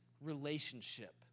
relationship